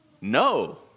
no